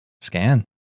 scan